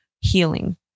healing